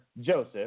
Joseph